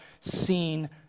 seen